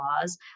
laws